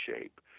shape